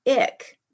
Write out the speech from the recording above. ick